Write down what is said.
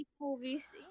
movies